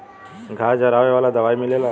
घास जरावे वाला दवाई मिलेला